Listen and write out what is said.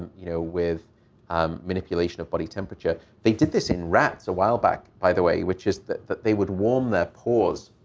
you know, with um manipulation of body temperature. they did this in rats awhile back, by the way, which is but they would warm their paws.